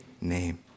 name